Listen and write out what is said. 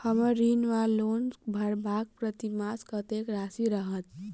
हम्मर ऋण वा लोन भरबाक प्रतिमास कत्तेक राशि रहत?